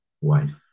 wife